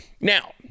Now